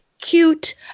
cute